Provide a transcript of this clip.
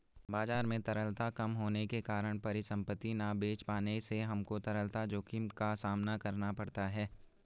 बाजार में तरलता कम होने के कारण परिसंपत्ति ना बेच पाने से हमको तरलता जोखिम का सामना करना पड़ता है